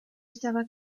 estaba